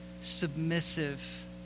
submissive